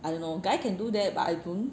I don't know guy can do that but I don't